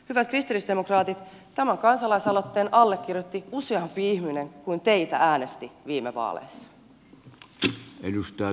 hyvät kristillisdemokraatit tämän kansalaisaloitteen allekirjoitti useampi ihminen kuin teitä äänesti viime vaaleissa